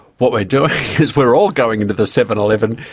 what we are doing is we are all going into the seven eleven,